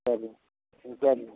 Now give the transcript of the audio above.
சரி ம் சரிங்க